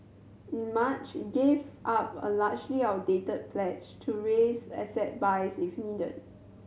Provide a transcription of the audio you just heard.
in March it gave up a largely outdated pledge to raise asset buys if needed